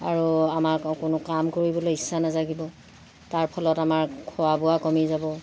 আৰু আমাক কোনো কাম কৰিবলৈ ইচ্ছা নাজাগিব তাৰ ফলত আমাৰ খোৱা বোৱা কমি যাব